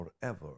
forever